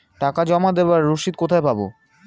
টাকা জমা দেবার রসিদ কোথায় পাব?